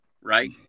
right